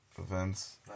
events